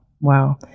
Wow